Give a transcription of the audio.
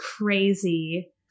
crazy